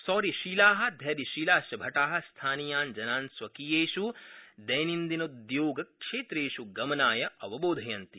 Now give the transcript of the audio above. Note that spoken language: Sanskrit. शौर्यशीला धैर्यशीलाश्च भटा स्थानीयान् जनान् स्वकीयेष् दैनन्दिनोद्योगक्षेत्रेष् गमनाय अवबोधयन्ति